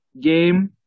game